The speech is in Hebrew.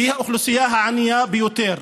היא האוכלוסייה הענייה ביותר.